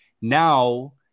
Now